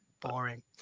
Boring